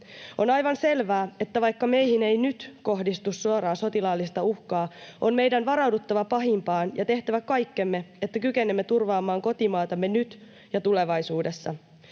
On aivan selvää, että vaikka meihin ei nyt kohdistu suoraa sotilaallista uhkaa, on meidän varauduttava pahimpaan ja tehtävä kaikkemme, että kykenemme turvaamaan kotimaatamme nyt ja tulevaisuudessa.